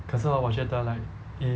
可是 hor 我觉得 like eh